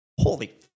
holy